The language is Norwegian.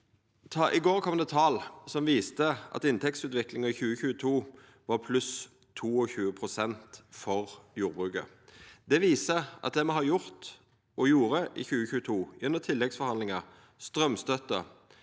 I går kom det tal som viste at inntektsutviklinga i 2022 var på pluss 22 pst. for jordbruket. Det viser at det me har gjort, og gjorde i 2022, gjennom tilleggsforhandlingar og straumstønad,